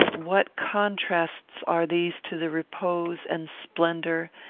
what contrasts are these to the repose and splendour,